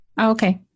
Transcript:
Okay